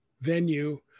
venue